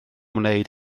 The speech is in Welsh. wneud